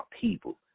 people